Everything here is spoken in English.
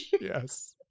Yes